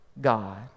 God